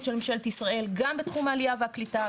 של ממשלת ישראל גם בתחום העלייה והקליטה,